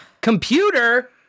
Computer